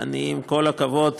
עם כל הכבוד,